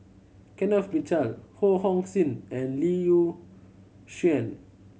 Kenneth Mitchell Ho Hong Sing and Lee Shyan